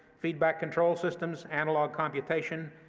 feedback control systems, analog computation,